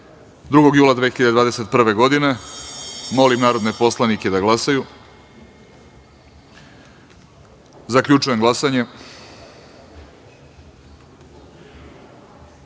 2. jula 2021. godine. Molim narodne poslanike da glasaju. Zaključujem glasanje